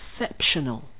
exceptional